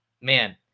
man